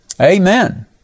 Amen